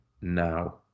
now